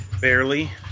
Barely